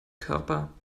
körper